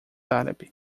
árabe